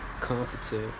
competent